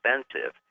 expensive